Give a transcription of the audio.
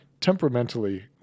temperamentally